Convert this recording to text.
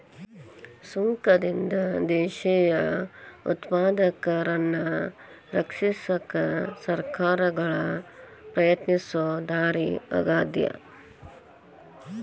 ಸುಂಕದಿಂದ ದೇಶೇಯ ಉತ್ಪಾದಕರನ್ನ ರಕ್ಷಿಸಕ ಸರ್ಕಾರಗಳ ಪ್ರಯತ್ನಿಸೊ ದಾರಿ ಆಗ್ಯಾದ